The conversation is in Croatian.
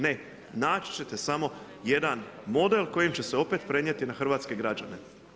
Ne, naći ćete samo 1 model, kojim će se opet prenijeti na hrvatske građane.